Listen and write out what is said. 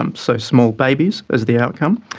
um so small babies is the outcome.